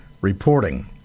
reporting